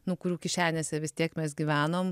nu kurių kišenėse vis tiek mes gyvenom